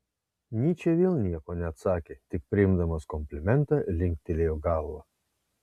nyčė vėl nieko neatsakė tik priimdamas komplimentą linktelėjo galva